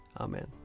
Amen